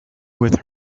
with